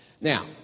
Now